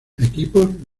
equipos